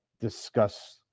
discuss